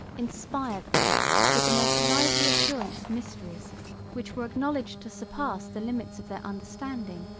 inspired them with the most lively assurance of mysteries which were acknowledged to surpass the limits of their understanding.